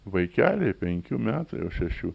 vaikeliai penkių metų jau šešių